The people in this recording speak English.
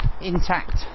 intact